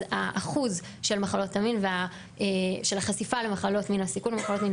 אז האחוז של החשיפה למחלות מין או סיכון למחלות מין